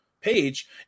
page